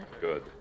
Good